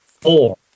Four